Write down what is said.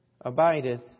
abideth